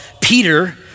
Peter